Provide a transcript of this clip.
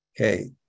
Okay